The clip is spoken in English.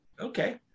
okay